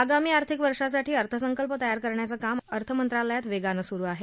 आगामी आर्थिक वर्षासाठी अर्थसंकल्प तयार करण्याचं काम अर्थमंत्रालयात वेगानं सुरू आहे